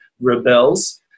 rebels